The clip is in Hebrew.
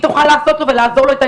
והיא תוכל לעזור לו.